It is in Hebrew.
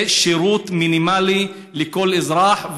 זה שירות מינימלי לכל אזרח.